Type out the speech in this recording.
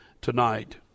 tonight